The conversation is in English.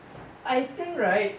I think right